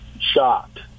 shocked